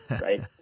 right